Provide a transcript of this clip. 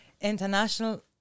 International